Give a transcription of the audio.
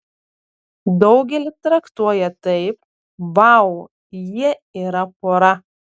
daugelis traktuoja taip vau jie yra pora